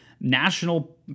national